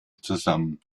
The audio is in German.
zusammen